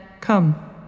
Come